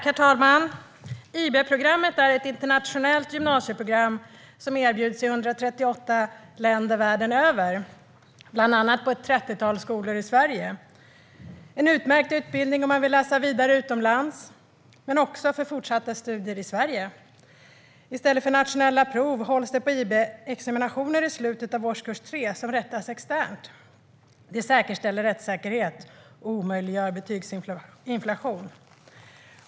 Herr talman! IB-programmet är ett internationellt gymnasieprogram som erbjuds i 138 länder världen över, bland annat på ett trettiotal skolor i Sverige. Det är en utmärkt utbildning om man vill läsa vidare utomlands och även för fortsatta studier i Sverige. I stället för nationella prov hålls på IB-utbildningen examinationer i slutet av årskurs 3 som rättas externt. Det säkerställer rättssäkerhet och omöjliggör betygsinflation.